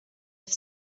have